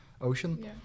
ocean